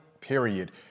period